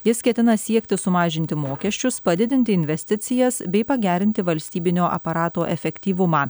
jis ketina siekti sumažinti mokesčius padidinti investicijas bei pagerinti valstybinio aparato efektyvumą